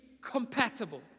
compatible